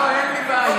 לא, אין לי בעיה.